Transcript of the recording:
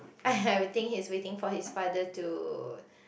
I will think he is waiting for his father to